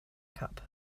cup